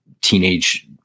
teenage